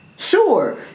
Sure